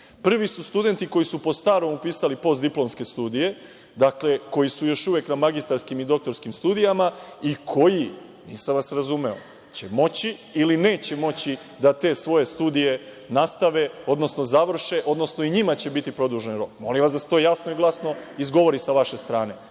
Prvi su studenti koji su po starom upisali postdiplomske studije, dakle, koji su još uvek na magistarskim i doktorskim studijama i koji, nisam vas razumeo, će moći, ili neće moći da te svoje studije nastave, odnosno završe, odnosno i njima će biti produžen rok. Molim vas da se to jasno i glasno izgovori sa vaše strane,